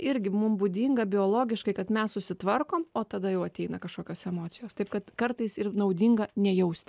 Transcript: irgi mum būdinga biologiškai kad mes susitvarkom o tada jau ateina kažkokios emocijos taip kad kartais ir naudinga nejausti